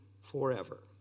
forever